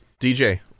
DJ